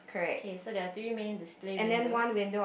okay so there are three main display windows